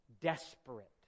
desperate